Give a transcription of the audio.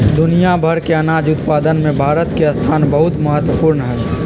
दुनिया भर के अनाज उत्पादन में भारत के स्थान बहुत महत्वपूर्ण हई